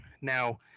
Now